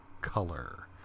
color